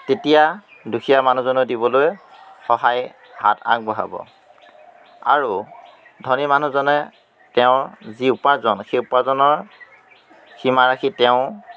তেতিয়া দুখীয়া মানুহজনে দিবলৈ সহায় হাত আগবঢ়াব আৰু ধনী মানুহজনে তেওঁৰ যি উপাৰ্জন সেই উপাৰ্জনৰ সীমা ৰাশি তেওঁ